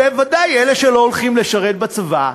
בוודאי אלה שלא הולכים לשרת בצבא,